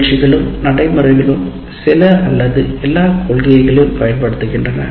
நிகழ்ச்சிகளும் நடைமுறைகளும் சில அல்லது எல்லா கொள்கைகளையும் பயன்படுத்துகின்றன